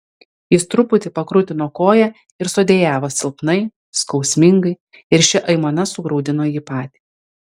jis truputį pakrutino koją ir sudejavo silpnai skausmingai ir ši aimana sugraudino jį patį